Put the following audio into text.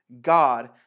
God